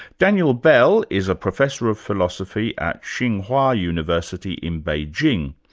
daniel bell is a professor of philosophy at tsinghua university in beijing,